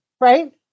right